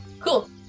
Cool